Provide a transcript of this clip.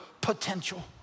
potential